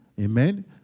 Amen